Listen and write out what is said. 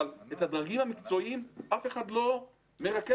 אבל את הדרגים המקצועיים אף אחד לא מרכז.